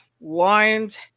Lions